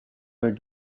were